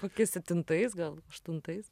kokiais septintais gal aštuntais